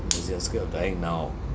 means you are scared of dying now